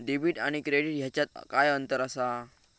Debit आणि credit ह्याच्यात काय अंतर असा?